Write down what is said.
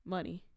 Money